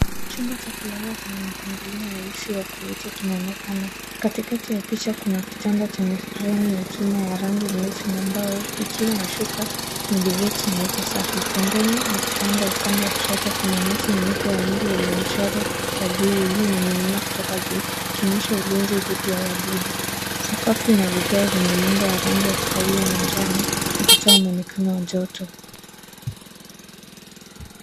Chumba cha kulala chenye mpangilio rahisi wa kuvutia kinaonekana. Katikati ya picha kuna kitanda chenye fremu ya chuma ya rangi nyeusi na mbao kikiwa na shuka na duvets nyeupe safi. Pembeni ya kitanda upande wa kushoto kuna neti nyeupe ya mbu yenye michoro ya buluu iliyoning'inia kutoka juu ikionyesha ulinzi dhidi ya wadudu. Sakafu ina vigae vyenye muundo wa rangi ya kahawia na njano ukitoa mwonekano wa joto.